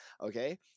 okay